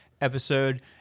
Episode